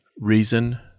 reason